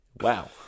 Wow